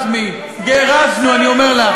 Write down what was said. כן, אני אומר לך,